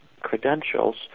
credentials